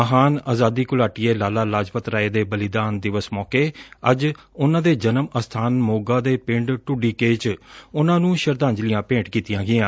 ਮਹਾਨ ਆਜਾਦੀ ਘੁਲਾਟੀਏ ਲਾਲਾ ਲਾਜਪਤ ਰਾਏ ਦੇ ਬਲੀਦਾਨ ਦਿਵਸ ਸੌਕੇ ਅੱਜ ਉਨਾਂ ਦੇ ਜਨਮ ਅਸਬਾਨ ਸੋਗਾ ਦੇ ਪਿੰਡ ਢੁੱਡੀਕੇ ਚ ਉਨ੍ਹਾਂ ਨੁੰ ਸ਼ਰਧਾਂਜਲੀਆਂ ਭੇਂਟ ਕੀਤੀਆਂ ਗਈਆਂ